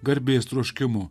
garbės troškimu